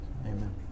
Amen